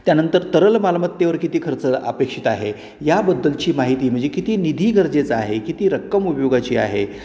त्यानंतर तरल मालमत्तेवर किती खर्च अपेक्षित आहे याबद्दलची माहिती म्हणजे किती निधी गरजेचं आहे किती रक्कम उपयोगाची आहे